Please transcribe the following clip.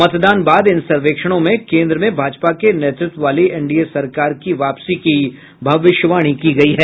मतदान बाद इन सर्वेक्षणों में केंद्र में भाजपा के नेतृत्व वाली एनडीए सरकार की वापसी की भविष्यवाणी की गई है